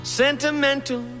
sentimental